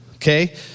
Okay